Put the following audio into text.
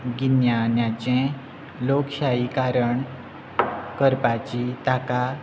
गिन्यान्याचे लोकशाही करण करपाची ताका